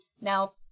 now